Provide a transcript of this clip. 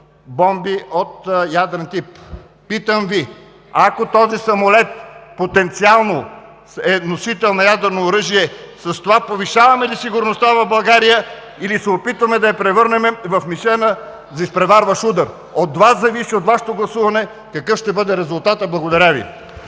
бомби от ядрен тип. Питам Ви – ако този самолет потенциално е носител на ядрено оръжие, с това повишаваме ли сигурността в България, или се опитваме да я превърнем в мишена за изпреварващ удар? От Вас зависи, от Вашето гласуване, какъв ще бъде резултатът. Благодаря Ви.